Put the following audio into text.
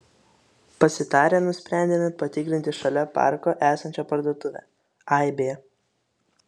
pasitarę nusprendėme patikrinti šalia parko esančią parduotuvę aibė